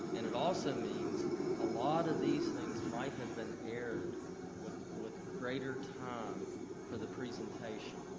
and it also means a lot of these things might have been aired with with greater time for the presentation.